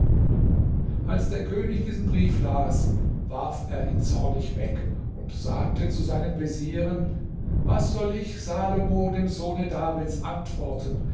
als der könig diesen brief las warf er ihn zornig weg und sagte zu seinen vezieren was soll ich salomo dem sohne davids antworten